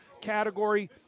category –